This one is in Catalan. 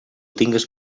tingues